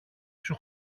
σου